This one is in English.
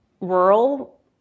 rural